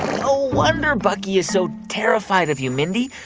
no wonder bucky is so terrified of you, mindy.